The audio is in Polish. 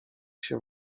się